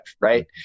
Right